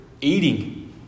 eating